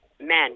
men